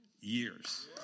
years